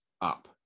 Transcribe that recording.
up